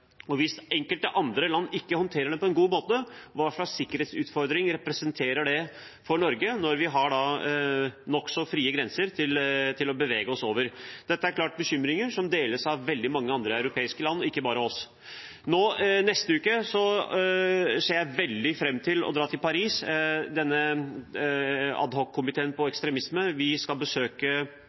Og hvis enkelte andre land ikke håndterer det på en god måte: Hva slags sikkerhetsutfordringer representerer det for Norge når vi har nokså frie grenser å bevege oss over? Dette er helt klart bekymringer som deles av veldig mange andre europeiske land – ikke bare oss. Neste uke ser jeg fram til å dra til Paris. Ad hoc-komiteen for ekstremisme skal besøke